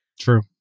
True